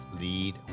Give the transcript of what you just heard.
lead